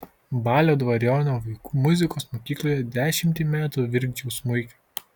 balio dvariono vaikų muzikos mokykloje dešimtį metų virkdžiau smuiką